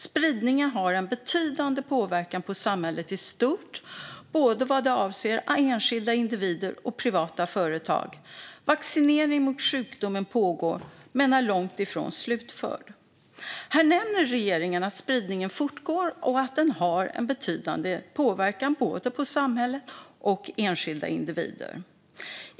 Spridningen har en betydande påverkan på samhället i stort, både vad avser enskilda individer och privata företag. Vaccinering mot sjukdomen pågår men är långt ifrån slutförd. Här nämner regeringen att spridningen fortgår och att den har en betydande påverkan på både samhället och enskilda individer.